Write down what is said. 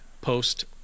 post